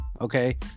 Okay